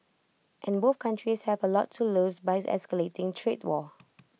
and both countries have A lot to lose by escalating trade war